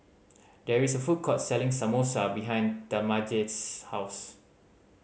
there is a food court selling Samosa behind Talmadge's house